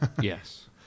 Yes